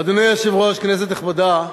אדוני היושב-ראש, כנסת נכבדה,